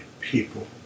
people